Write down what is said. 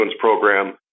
program